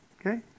Okay